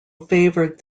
favoured